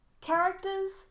characters